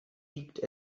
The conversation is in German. liegt